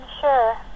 sure